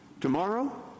tomorrow